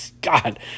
god